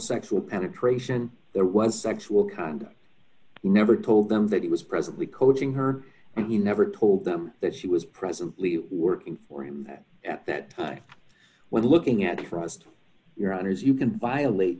sexual penetration there was sexual conduct he never told them that he was presently coaching her and he never told them that she was presently d working for him that at that time when looking at crossed your honour's you can violate